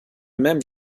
même